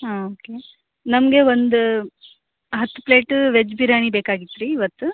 ಹಾಂ ಓಕೆ ನಮಗೆ ಒಂದು ಹತ್ತು ಪ್ಲೇಟ್ ವೆಜ್ ಬಿರಿಯಾನಿ ಬೇಕಾಗಿತ್ರಿ ಇವತ್ತು